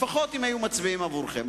לפחות אם היו מצביעים עבורכם.